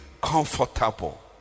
comfortable